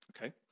Okay